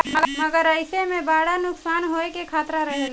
मगर एईमे बड़ा नुकसान होवे के खतरा रहेला